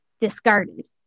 discarded